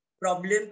problem